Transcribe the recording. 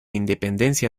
independencia